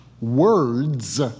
words